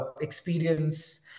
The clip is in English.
experience